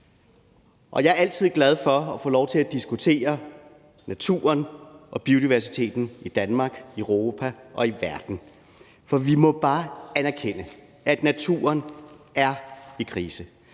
og jeg er altid glad for at få lov til at diskutere naturen og biodiversiteten i Danmark, i Europa og i verden. For vi må bare anerkende, at naturen er i krise,